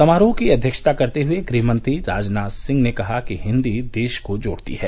समारोह की अध्यक्षता करते हुए गृहमंत्री राजनाथ सिंह ने कहा कि हिन्दी देश को जोड़ती है